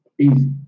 Easy